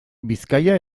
bizkaia